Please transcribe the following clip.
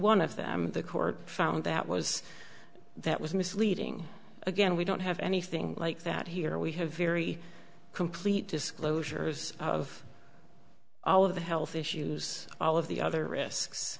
one of them the court found that was that was misleading again we don't have anything like that here we have very complete disclosures of all of the health issues all of the other risks